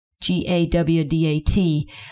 G-A-W-D-A-T